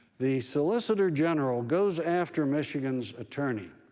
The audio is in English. the solicitor general goes after michigan's attorney.